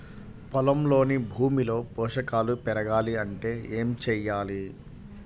పొలంలోని భూమిలో పోషకాలు పెరగాలి అంటే ఏం చేయాలి?